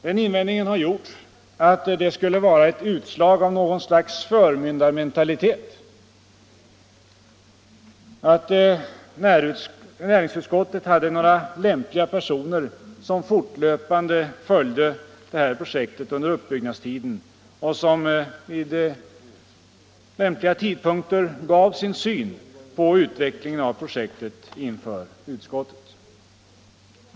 Den invändningen har gjorts att det skulle vara ett utslag av något slags förmyndarmentalitet att näringsutskottet hade några personer som vid lämpliga tidpunkter delgav utskottet sin syn på utvecklingen av projektet.